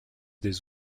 des